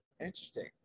interesting